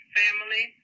family